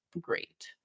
great